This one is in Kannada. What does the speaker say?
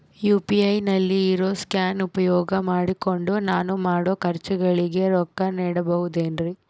ಯು.ಪಿ.ಐ ನಲ್ಲಿ ಇರೋ ಸ್ಕ್ಯಾನ್ ಉಪಯೋಗ ಮಾಡಿಕೊಂಡು ನಾನು ಮಾಡೋ ಖರ್ಚುಗಳಿಗೆ ರೊಕ್ಕ ನೇಡಬಹುದೇನ್ರಿ?